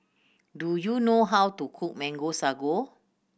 do you know how to cook Mango Sago